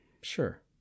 sure